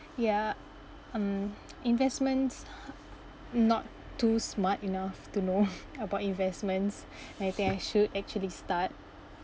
ya um investments not too smart enough to know about investments I think I should actually start